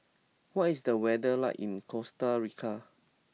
what is the weather like in Costa Rica